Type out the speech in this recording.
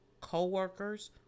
co-workers